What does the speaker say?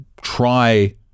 try